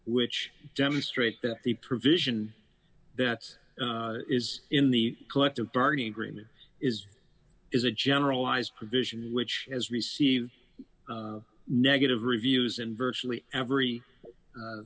which demonstrate that the provision that is in the collective bargaining agreement is is a generalized provision which has received negative reviews in virtually every